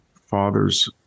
father's